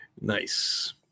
Nice